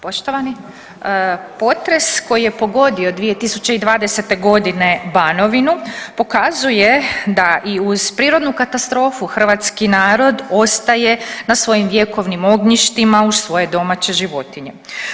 Poštovani, potres koji je pogodio 2020.g. Banovinu pokazuje da i uz prirodnu katastrofu hrvatski narod ostaje na svojim vjekovnim ognjištima uz svoje domaće životinje.